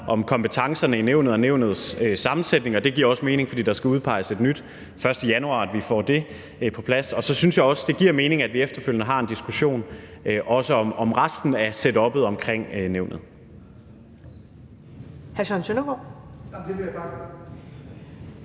om kompetencerne i nævnet og nævnets sammensætning, og det giver også mening, fordi der skal udpeges et nyt den 1. januar, hvor vi får det på plads. Og så synes jeg også, det giver mening, at vi efterfølgende har en diskussion om resten af setuppet omkring nævnet.